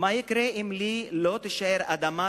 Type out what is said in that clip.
מה יקרה אם לי לא תישאר אדמה,